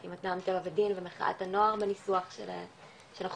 עם אדם טבע ודין ומחאת הנוער בניסוח של החוק,